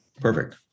perfect